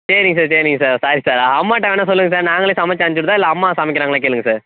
சரிங் சார் சரிங் sir sorry sir அம்மாட்ட வேணாம் சொல்லுங்கள் சார் நாங்களே சமைச்சி அனுப்ச்சி உட்டுதா இல்லை அம்மா சமைக்கிறாங்களா கேளுங்க சார்